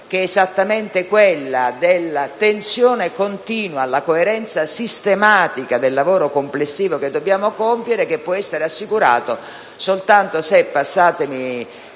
che è esattamente quella della tensione continua alla coerenza sistematica del lavoro complessivo che dobbiamo compiere, che può essere assicurata soltanto se - passatemi